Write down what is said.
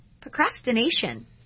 Procrastination